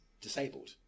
disabled